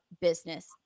business